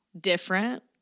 different